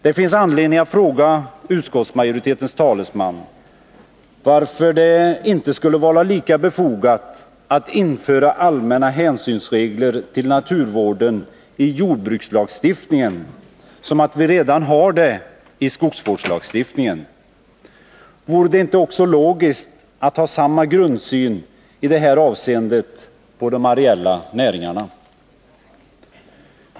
Det finns anledning att fråga utskottsmajoritetens talesman varför det inte skulle vara lika befogat att införa allmänna regler om hänsyn till naturvården i jordbrukslagstiftningen som att vi redan har det i skogsvårdslagstiftningen. Vore det inte logiskt att ha samma grundsyn i det här avseendet på de areella näringarna?